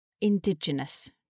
Indigenous